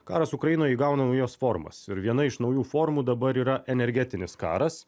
karas ukrainoj įgauna naujas formas ir viena iš naujų formų dabar yra energetinis karas